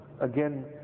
again